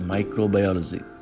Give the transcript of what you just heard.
Microbiology